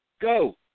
Go